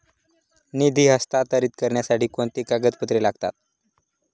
निधी हस्तांतरित करण्यासाठी कोणती कागदपत्रे लागतात?